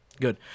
Good